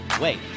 wait